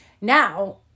Now